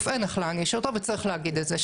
אין איך להעניש אותו וצריך להגיד את זה.